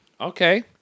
okay